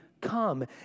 come